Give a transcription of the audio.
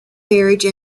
marriage